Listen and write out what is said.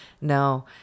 No